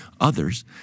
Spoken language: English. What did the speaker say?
Others